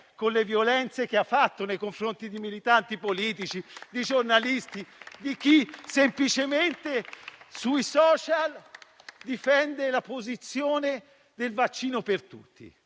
con le violenze che ha perpetrato nei confronti di militanti politici, di giornalisti, di chi semplicemente sui *social* difende la posizione del vaccino per tutti.